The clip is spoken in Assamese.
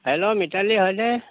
হেল্ল' মিতালী হয়নে